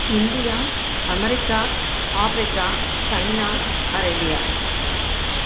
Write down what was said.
India America Africa China Arabia